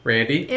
Randy